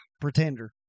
Pretender